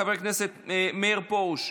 חבר הכנסת מאיר פרוש,